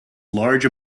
large